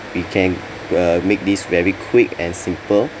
we can uh make this very quick and simple